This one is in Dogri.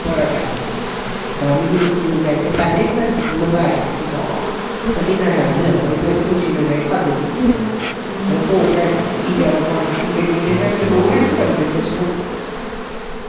बड़ा टैम लग्गी गेआ डोमिनोज दा में पैह्लें बी मंगाया हा पिज्जा ते ओह् इन्ना टैम निं लगदा ऐ कुसै नै हद्द गै कीती ऐ ओह् दौ घैंटे पंज पिज्जा कोई दौ घैंटे लगदे दस्सो हां